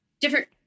different